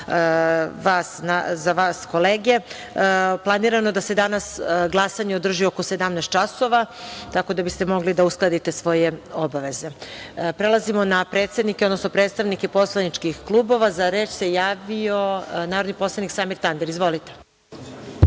za vas, kolege. Planirano je da se danas glasanje održi oko 17.00 časova, tako da biste mogli da uskladite svoje obaveze. Prelazimo na predsednike, odnosno predstavnike poslaničkih klubova.Za reč se javio narodni poslanik Samir Tandir. Izvolite.